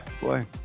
Boy